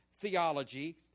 theology